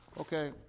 Okay